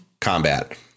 combat